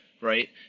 right